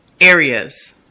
areas